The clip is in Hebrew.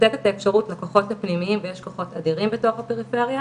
לתת את האפשרות לכוחות הפנימיים ויש כוחות אדירים בתוך הפריפריה